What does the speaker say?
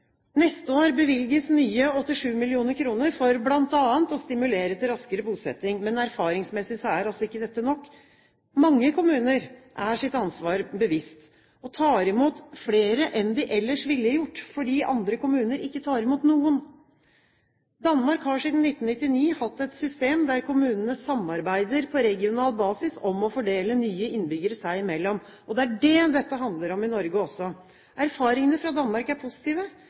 Neste år bevilges nye 87 mill. kr for bl.a. å stimulere til raskere bosetting. Men erfaringsmessig er ikke dette nok. Mange kommuner er seg sitt ansvar bevisst og tar imot flere enn de ellers ville gjort, fordi andre kommuner ikke tar imot noen. Danmark har siden 1999 hatt et system der kommunene samarbeider på regional basis om å fordele nye innbyggere seg imellom. Det er det dette handler om i Norge også. Erfaringene fra Danmark er positive.